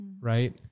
Right